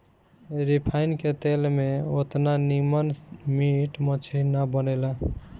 refine के तेल में ओतना निमन मीट मछरी ना बनेला